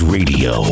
Radio